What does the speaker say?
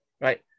right